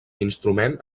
instrument